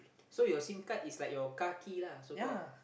so your S I M card is like your car key lah so called